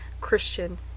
christian